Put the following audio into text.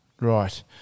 right